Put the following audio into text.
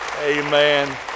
amen